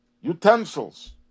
utensils